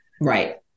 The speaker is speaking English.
Right